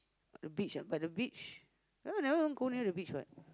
the beach ah but the beach you all never even go near the beach what